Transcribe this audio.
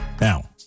Now